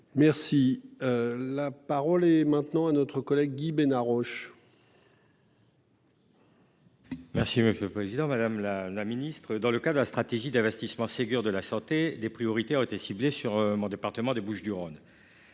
Merci. La parole est maintenant à notre collègue Guy Bénard Roche. Merci monsieur le président, madame la la ministre dans le cas de la stratégie d'investissement Ségur de la santé des priorités ont été ciblés sur mon département des Bouches-du-Rhône.